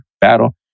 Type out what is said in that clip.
battle